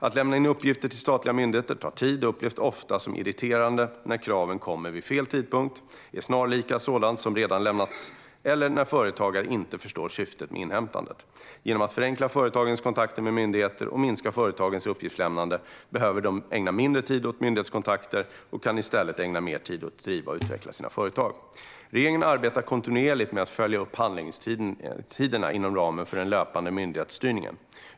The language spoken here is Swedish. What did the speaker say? Att lämna in uppgifter till statliga myndigheter tar tid och upplevs ofta som irriterande när kraven kommer vid fel tidpunkt, är snarlika sådant som redan lämnats eller när företagaren inte förstår syftet med inhämtandet. Genom att vi förenklar företagens kontakter med myndigheter och minskar företagens uppgiftslämnande behöver de ägna mindre tid åt myndighetskontakter och kan i stället ägna mer tid åt att driva och utveckla sina företag. Regeringen arbetar kontinuerligt med att följa upp handläggningstider inom ramen för den löpande myndighetsstyrningen.